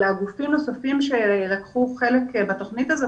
אלא גופים נוספים שלקחו חלק בתוכנית הזאת,